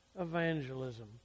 evangelism